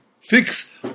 fix